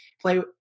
play